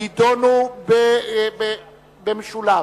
יידונו במשולב.